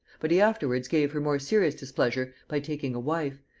but he afterwards gave her more serious displeasure by taking a wife,